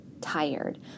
tired